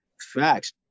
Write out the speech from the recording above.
facts